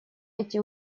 эти